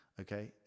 Okay